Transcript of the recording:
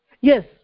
Yes